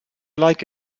like